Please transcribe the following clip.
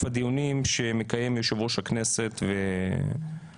הדיונים שמקיים יושב-ראש הכנסת וחברי